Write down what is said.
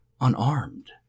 unarmed